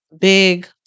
big